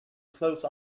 close